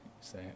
say